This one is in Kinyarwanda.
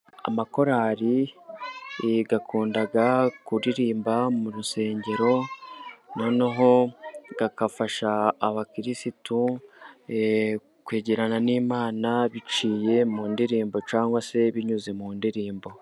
Amakorari akunda kuririmba mu rusengero, noneho agafasha abakirisitu kwegerana n'Imana biciye mu ndirimbo cyangwa se binyuze mu ndirimbo.